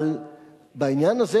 גם בעניין הזה,